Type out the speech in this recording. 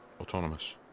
autonomous